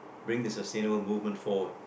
bring the sustainable movement forward